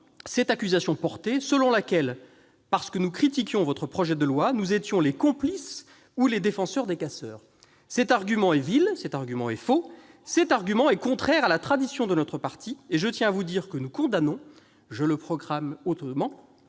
cette accusation [...], selon laquelle, parce que nous critiquions votre projet de loi, nous étions les complices ou les défenseurs des casseurs. Cet argument est vil, cet argument est faux, cet argument est contraire à la tradition de notre parti et je tiens à vous dire que nous condamnons- je le proclame hautement